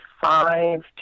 five